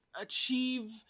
achieve